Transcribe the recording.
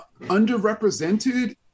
underrepresented